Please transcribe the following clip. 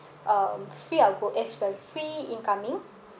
um free outgo~ eh sorry free incoming